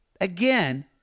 Again